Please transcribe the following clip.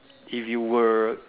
if you were